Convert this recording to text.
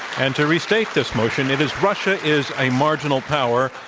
and to restate this motion, it is russia is a marginal power.